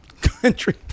Country